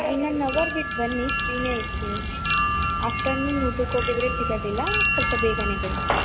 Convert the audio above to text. ಇನ್ನು one hour ಬಿಟ್ಟು ಬನ್ನಿ ಫ್ರೀನೇ ಇರ್ತೀನಿ ಆಫ್ಟರ್ನೂನ್ ಊಟಕ್ಕೆ ಹೋಗಿದ್ದರೆ ಸಿಗೋದಿಲ್ಲ ಸ್ವಲ್ಪ ಬೇಗನೆ ಬನ್ನಿ